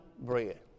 bread